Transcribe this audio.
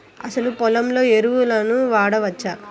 అసలు పొలంలో ఎరువులను వాడవచ్చా?